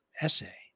essay